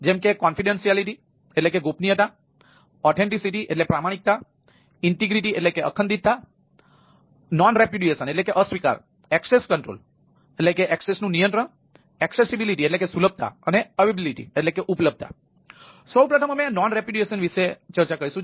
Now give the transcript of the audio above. જેમ કે ગોપનીયતા વિષે કરીશું